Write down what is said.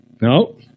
No